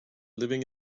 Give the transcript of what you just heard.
living